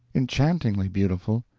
enchantingly beautiful